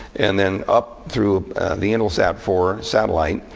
and then up through the intelsat four satellite,